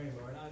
Lord